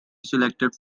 selected